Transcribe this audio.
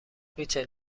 ریچل